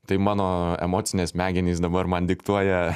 tai mano emocinės smegenys dabar man diktuoja